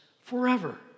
forever